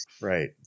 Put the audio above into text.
Right